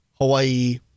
Hawaii